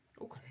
Okay